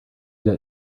get